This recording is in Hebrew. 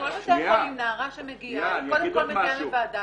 כל בית חולים נערה שמגיעה היא קודם כל מגיעה לוועדה